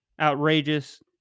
outrageous